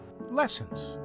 Lessons